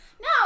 No